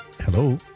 Hello